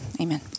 Amen